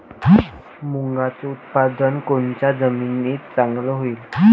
मुंगाचं उत्पादन कोनच्या जमीनीत चांगलं होईन?